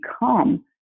become